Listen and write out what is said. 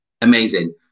amazing